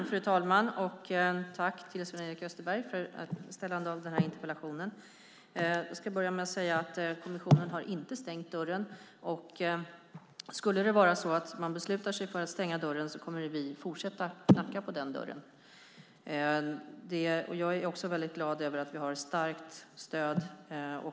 Fru talman! Jag tackar Sven-Erik Österberg för att han har ställt den här interpellationen. Jag ska börja med att säga att kommissionen inte har stängt dörren. Skulle man besluta sig för att stänga dörren kommer vi att fortsätta att knacka på. Jag är glad över att vi har ett starkt stöd.